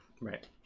Right